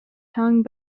kang